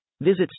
Visit